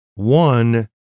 One